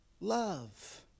love